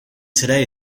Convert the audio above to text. today